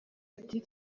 ati